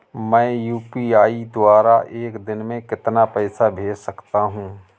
मैं यू.पी.आई द्वारा एक दिन में कितना पैसा भेज सकता हूँ?